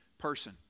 person